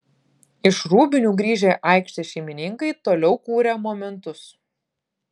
iš rūbinių grįžę aikštės šeimininkai toliau kūrė momentus